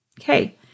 Okay